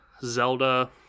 Zelda